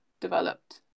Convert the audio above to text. developed